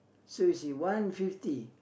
so you see one fifty